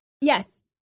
Yes